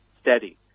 steady